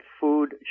food